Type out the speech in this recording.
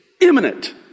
imminent